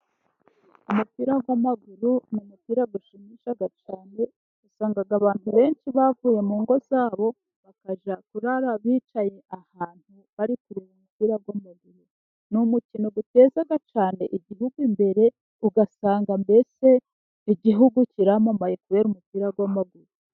Umupira w'amaguru ni umupira ushimisha cyane. Usanga abantu benshi bavuye mu ngo zabo bakajya kurara bicaye ahantu, bari kureba umupira w'amaguru. Ni umukino uteza cyane igihugu imbere, ugasanga mbese Igihugu kiramamaye kubera umupira w'amaguru.